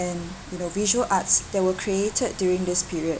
and you know visual arts that were created during this period